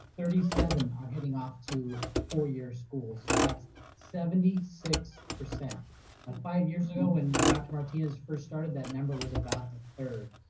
thirty seven are heading off to four-year schools, so that's seventy six. ah five years ago, when dr. martinez first started, that number was about a third.